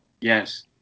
Yes